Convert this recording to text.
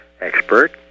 expert